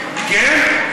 כתבתי.